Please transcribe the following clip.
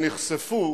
שנחשפו